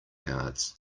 cards